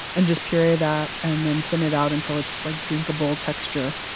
and just puree that, and then thin it out until it's like drinkable texture.